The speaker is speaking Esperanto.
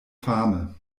fame